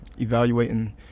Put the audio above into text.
evaluating